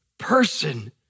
person